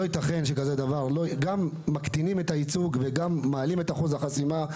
לא ייתכן שגם מקטינים את הייצוג וגם מעלים את אחוז החסימה,